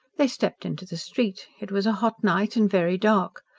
they stepped into the street it was a hot night and very dark.